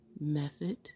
Method